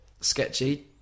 sketchy